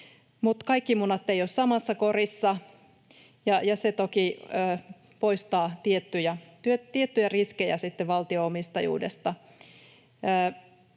Mutta kaikki munat eivät ole samassa korissa, ja se toki poistaa tiettyjä riskejä valtio-omistajuudesta.